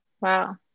Wow